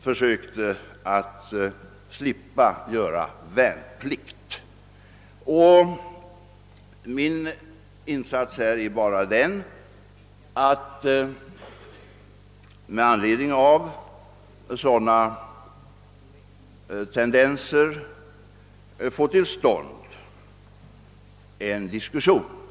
Min insats härvidlag syftade bara till att med anledning av sådana tendenser få till stånd en diskussion.